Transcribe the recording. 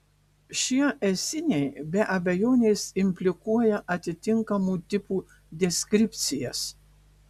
šie esiniai be abejonės implikuoja atitinkamų tipų deskripcijas